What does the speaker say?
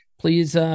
please